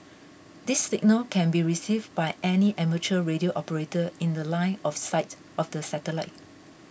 this signal can be received by any amateur radio operator in The Line of sight of the satellite